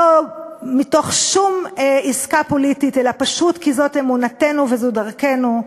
לא מתוך שום עסקה פוליטית אלא פשוט כי זאת אמונתנו וזו דרכנו,